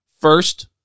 first